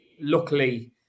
Luckily